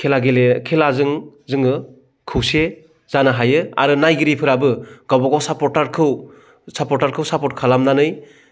खेला गेलेनाय खेलाजों जोङो खौसे जानो हायो आरो नायगिरिफोराबो गावबागाव सापर्टारखौ सापर्ट खालामनानै